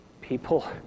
people